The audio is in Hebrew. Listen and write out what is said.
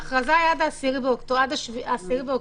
ההכרזה היא עד ה-10 באוקטובר.